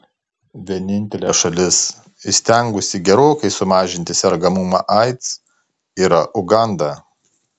vienintelė šalis įstengusi gerokai sumažinti sergamumą aids yra uganda